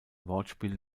wortspiel